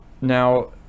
Now